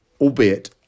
albeit